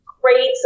great